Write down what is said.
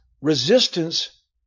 Resistance